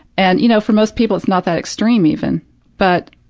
and, you know, for most people it's not that extreme even but,